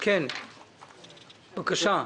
בבקשה.